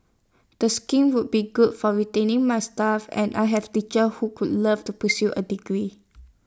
the scheme would be good for retaining my staff and I have teachers who could love to pursue A degree